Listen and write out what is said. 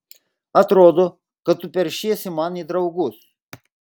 atrodo kad tu peršiesi man į draugus